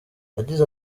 yagize